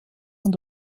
und